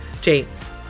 James